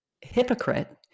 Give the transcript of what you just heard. hypocrite